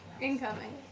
Incoming